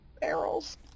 Barrels